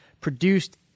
produced